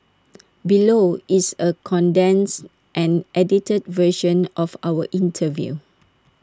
below is A condensed and edited version of our interview